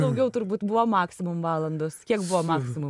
daugiau turbūt buvo maksimum valandos kiek buvo maksimum